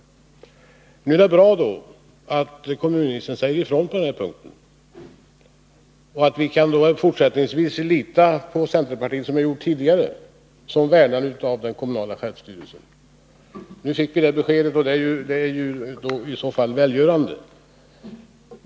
Det är därför bra att kommunministern nu säger ifrån på den här punkten. Då kan vi väl fortsättningsvis lita på centerpartiet — som vi har gjort tidigare — såsom värnare av den kommunala självstyrelsen? Nu fick vi det beskedet, och det är i så fall välgörande.